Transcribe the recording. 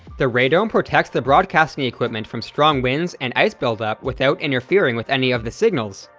the radome protects the broadcasting equipment from strong winds and ice build-up without and interfering with any of the signals,